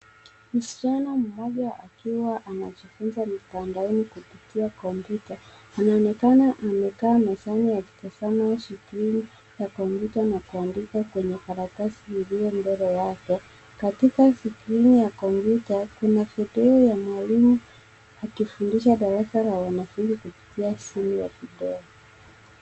Msichana mdogo akiwa anajifunza mitandaoni kupitia kompyuta. Inaonekana amekaa mezani akitazama skrini ya kompyuta na kuandika kwenye karatasi iliyo mbele yake. Katika skrini ya kompyuta kuna video ya mwalimu akifundisha darasa la wanafunzi kupitia simu ya video.